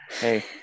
Hey